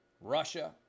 Russia